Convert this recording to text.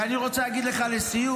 ואני רוצה להגיד לך לסיום,